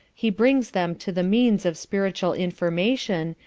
he brings them to the means of spiritual information,